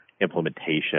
implementation